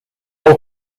all